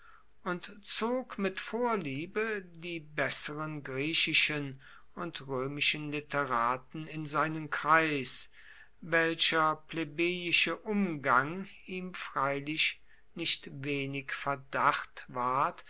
und zog mit vorliebe die besseren griechischen und römischen literaten in seinen kreis welcher plebejische umgang ihm freilich nicht wenig verdacht ward